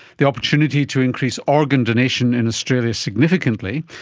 the opportunity to increase organ donation in australia significantly.